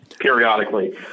periodically